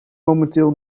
momenteel